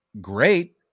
great